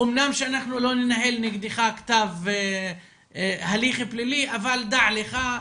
אמנם אנחנו לא ננהל נגדך הליך פלילי, אבל דע לך.